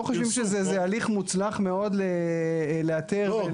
חושבים שזה איזה הליך מוצלח מאוד לאתר --- לא,